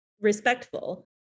respectful